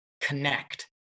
connect